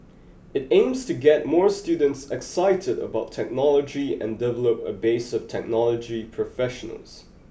it aims to get more students excited about technology and develop a base of technology professionals